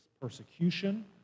persecution